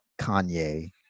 Kanye